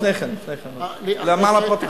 עוד לפני כן, לפני כן, למען הפרוטוקול.